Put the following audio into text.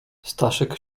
staszek